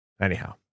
Anyhow